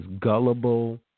gullible